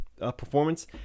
performance